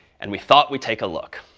and we thought we'd take a look.